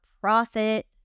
profit